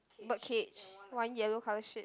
bird cage one yellow colour shit